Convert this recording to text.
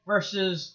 Versus